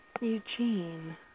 Eugene